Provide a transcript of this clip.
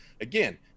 again